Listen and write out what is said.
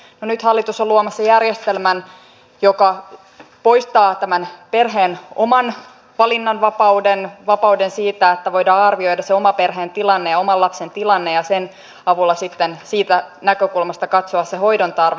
no nyt hallitus on luomassa järjestelmän joka poistaa tämän perheen oman valinnanvapauden vapauden että voidaan arvioida se oma perheen tilanne ja oman lapsen tilanne ja sen avulla sitten siitä näkökulmasta katsoa se hoidon tarve